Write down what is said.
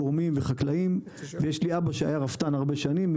כורמים וחקלאים ויש לי אבא שהיה רפתן הרבה שנים,